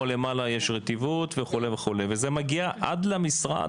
או למעלה יש רטיבות וכו' וכו' וזה מגיע עד למשרד,